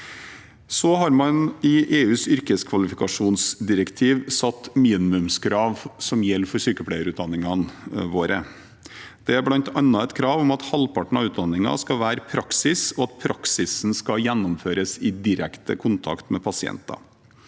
I EUs yrkeskvalifikasjonsdirektiv er det satt minimumskrav som gjelder for sykepleieutdanningene våre. Det er bl.a. et krav om at halvparten av utdanningen skal være praksis, og at praksisen skal gjennomføres i direkte kontakt med pasienter.